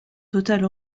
totale